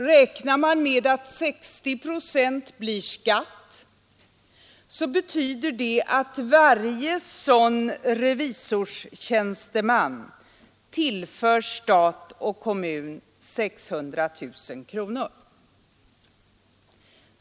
Räknar man med att 60 procent blir skatt, betyder det att varje sådan revisionstjänsteman tillför stat och kommun 600 000 kronor.